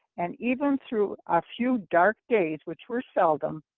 and even through a few dark days, which were seldom,